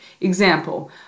Example